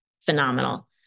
phenomenal